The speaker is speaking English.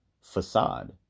facade